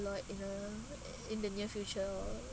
lot in uh in the near future